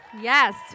Yes